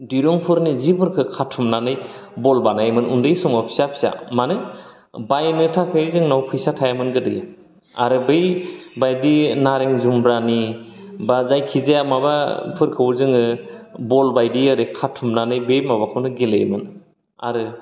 दिरुंफोरनि जिफोरखौ खाथुमनानै बल बानायोमोन उन्दै समाव फिसा फिसा मानो बायनो थाखै जोंनाव फैसा थायामोन गोदो आरो बै बायदि नारें जुमब्रानि बा जायखिजाया माबाफोरखौ जोङो बल बायदि ओरै खाथुमनानै बे माबाखौनो गेलेयोमोन आरो